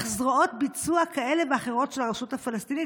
זרועות ביצוע כאלה ואחרות של הרשות הפלסטינית.